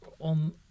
on